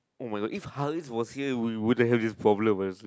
oh my god if Halis was here we wouldn't have this problem actually